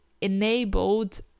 enabled